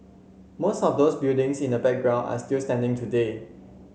most of those buildings in the background are still standing today